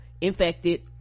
infected